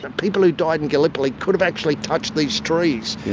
and people who died in gallipoli could have actually touched these trees.